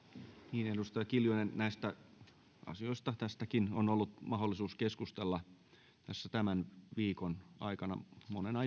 niin edustaja kiljunen näistä asioista tästäkin on ollut mahdollisuus keskustella tämän viikon aikana monena